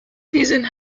season